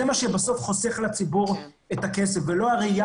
בסוף זה מה שחוסך לציבור את הכסף ולא הראיה